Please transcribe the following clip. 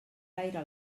gaire